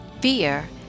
Fear